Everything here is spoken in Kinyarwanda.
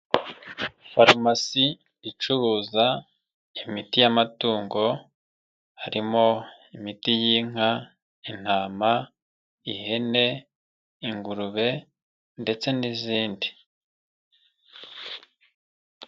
Farumasi icuruza imiti y'amatungo, harimo imiti y'inka, intama, ihene, ingurube ndetse n'izindi.